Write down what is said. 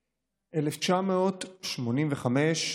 1985,